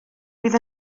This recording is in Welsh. fydd